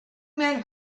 men